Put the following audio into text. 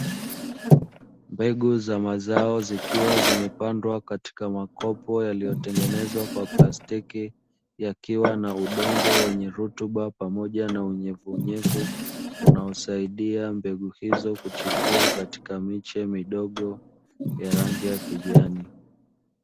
Mbegu za mazao zikiwa zimepandwa katika makopo yaliyotengenezwa kwa plastiki, yakiwa na udongo wenye rutuba pamoja na unyevuunyevu, unaosaidia mbegu hizo kuchipua katika miche midogo, ya rangi ya kijani.